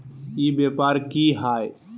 ई व्यापार की हाय?